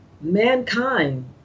mankind